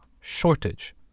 shortage